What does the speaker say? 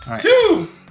Two